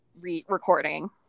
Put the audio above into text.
recording